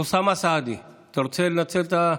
אוסאמה סעדי, אתה רוצה לנצל את הזמן?